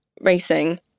racing